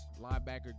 linebacker